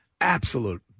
absolute